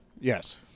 Yes